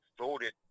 voted